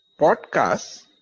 podcasts